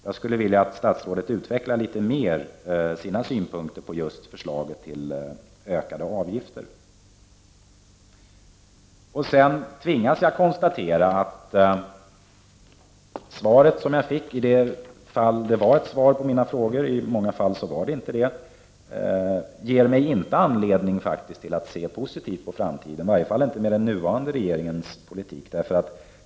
Jag skulle vilja att statsrådet något mera ville utveckla sina synpunkter på just förslaget till ökade avgifter. Jag tvingas konstatera att det svar som jag har fått — i den mån det nu ger svar på det jag frågat om — faktiskt inte ger mig anledning att se positivt på framtiden, i varje fall inte med den nuvarande regeringens politik.